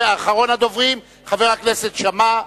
אחרון הדוברים, חבר הכנסת שאמה.